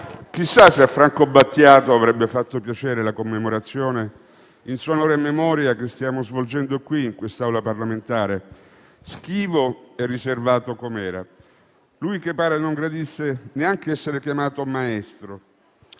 chissà se a Franco Battiato avrebbe fatto piacere la commemorazione in suo onore e memoria che stiamo svolgendo qui, in quest'Aula parlamentare, schivo e riservato com'era. Lui che pare non gradisse neanche essere chiamato maestro.